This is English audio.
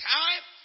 time